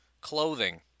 clothing